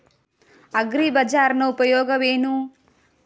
ಅಗ್ರಿಬಜಾರ್ ನ ಉಪಯೋಗವೇನು?